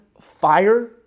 fire